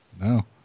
No